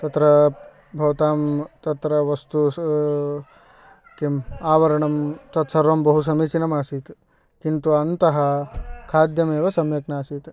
तत्र भवतां तत्र वस्तुसु किं आवरणं तत्सर्वं बहुसमीचीनम् आसीत् किन्तु अन्तः खाद्यम् एव सम्यक् न आसीत्